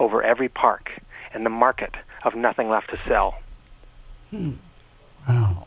over every park and the market of nothing left to sell